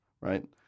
right